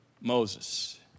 Moses